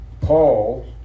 Paul